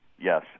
yes